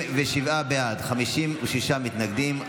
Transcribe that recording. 37 בעד, 56 מתנגדים.